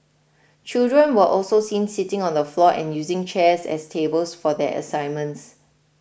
children were also seen sitting on the floor and using chairs as tables for their assignments